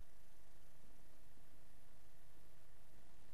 אין מידע, אין